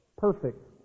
Perfect